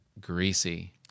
greasy